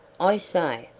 i say,